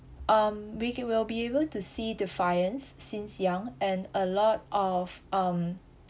um we will be able to see defiance since young and a lot of um